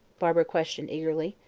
barbara questioned eagerly,